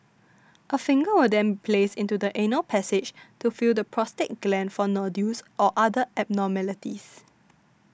a finger will then be placed into the anal passage to feel the prostate gland for nodules or other abnormalities